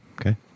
Okay